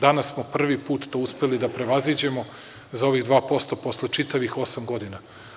Danas smo prvi put to uspeli da prevaziđemo za ovih 2% posle čitavih osam godina.